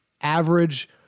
average